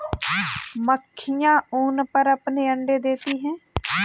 मक्खियाँ ऊन पर अपने अंडे देती हैं